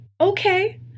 okay